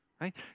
right